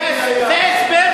זה הסבר,